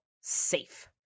safe